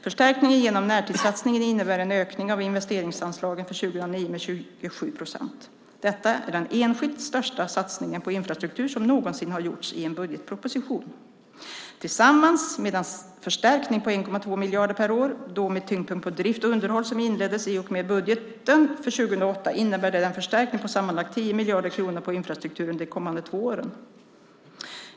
Förstärkningen genom närtidssatsningen innebär en ökning av investeringsanslagen för år 2009 med 27 procent. Detta är den enskilt största satsningen på infrastruktur som någonsin har gjorts i en budgetproposition. Tillsammans med den förstärkning på 1,2 miljarder kronor per år, då med tyngdpunkt på drift och underhåll, som inleddes i och med budgeten för 2008 innebär det en förstärkning med sammanlagt 10 miljarder kronor avseende infrastrukturen under de kommande två åren.